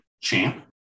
Champ